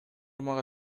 мага